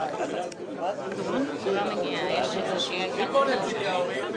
שלום לכולם, אני